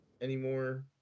anymore